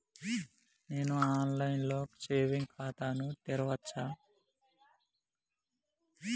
నేను online లో saving ఖాతా ను తెరవచ్చా?